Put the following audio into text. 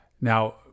Now